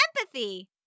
empathy